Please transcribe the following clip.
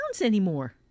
anymore